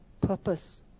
purpose